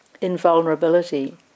invulnerability